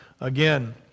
again